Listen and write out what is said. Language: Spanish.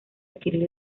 adquirir